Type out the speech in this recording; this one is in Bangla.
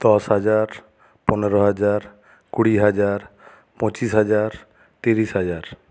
দশ হাজার পনেরো হাজার কুড়ি হাজার পঁচিশ হাজার তিরিশ হাজার